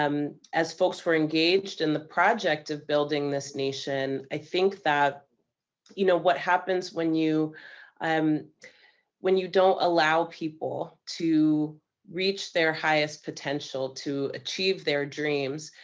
um as folks were engaged in the project of building this nation, i think that you know what happens when you um when you don't allow people to reach their highest potential, to achieve their dreams,